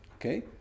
Okay